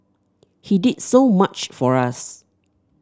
he did so much for us